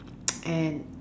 and